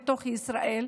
בתוך ישראל,